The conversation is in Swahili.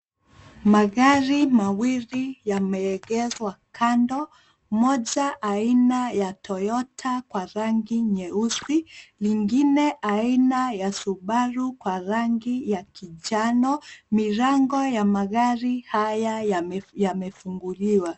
Magari mawili yameegezwa kando, moja aina ya toyota kwa rangi nyeusi lingine aina ya subaru kwa rangi ya kijani. Milango ya magari haya yamefunguliwa.